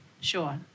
Sure